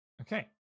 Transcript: Okay